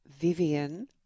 Vivian